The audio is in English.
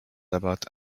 about